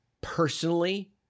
personally